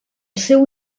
seu